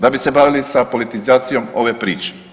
Da bi se bavili sa politizacijom ove priče.